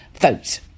vote